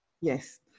Yes